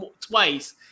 twice